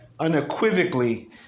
unequivocally